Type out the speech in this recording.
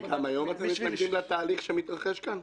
וגם היום אתם מתנגדים לתהליך שמתרחש כאן.